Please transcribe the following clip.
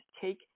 take